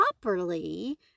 properly